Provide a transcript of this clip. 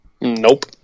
Nope